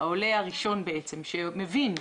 העולה הראשון בעצם שמבין,